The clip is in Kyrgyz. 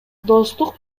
достук